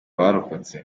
abarokotse